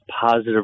positive